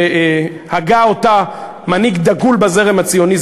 שהגה אותה מנהיג דגול בזרם הציוני,